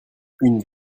une